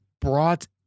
brought